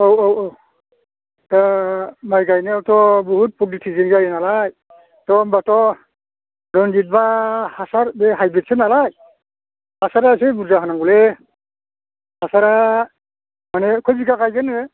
औ औ औ दा माइ गायनायावथ' बुहुद पलिटिजों जायो नालाय दा होनबाथ' रन्जिरत बा हासार बे हाइब्रिदसो नालाय हासारा एसे बुरजा होनांगौलै हासारा माने खय बिगा गायगोन नोङो